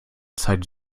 zeit